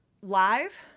live